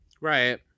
Right